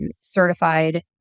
certified